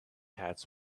hats